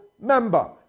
member